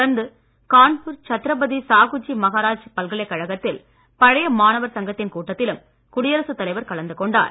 தொடர்ந்து கான்பூர் சத்ரபதி சாகுஜி மகராஜ் பல்கலைக்கழகத்தில் பழைய மாணவர் சங்கத்தின் கூட்டத்திலும் குடியரசு தலைவர் கலந்து கொண்டார்